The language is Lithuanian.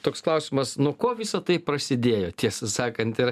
toks klausimas nuo ko visa tai prasidėjo tiesą sakant ir